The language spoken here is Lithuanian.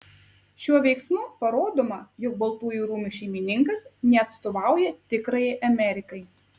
šiuo veiksmu parodoma jog baltųjų rūmų šeimininkas neatstovauja tikrajai amerikai